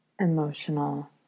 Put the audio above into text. emotional